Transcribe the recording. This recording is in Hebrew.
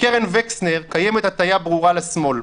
בקרן וקסנר קיימת הטיה ברורה לשמאל.